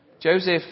Joseph